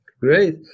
Great